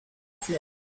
fleuves